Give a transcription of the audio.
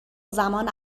زمان